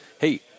Hey